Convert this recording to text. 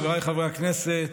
חבריי חברי הכנסת,